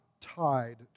tied